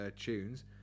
tunes